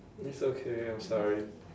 it's okay I'm sorry